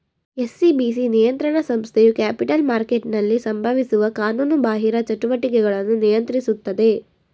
SCBC ನಿಯಂತ್ರಣ ಸಂಸ್ಥೆಯು capital ಮಾರ್ಕೆಟ್ನಲ್ಲಿ ಸಂಭವಿಸುವ ಕಾನೂನುಬಾಹಿರ ಚಟುವಟಿಕೆಗಳನ್ನು ನಿಯಂತ್ರಿಸುತ್ತದೆ